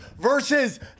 versus